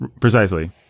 Precisely